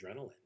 adrenaline